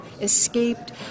escaped